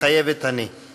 מתחייבת אני.